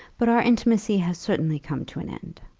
but our intimacy has certainly come to an end.